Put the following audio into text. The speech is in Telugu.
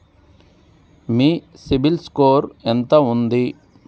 మీ సిబిల్ స్కోర్ ఎంత ఉంది?